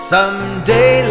Someday